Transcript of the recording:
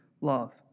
love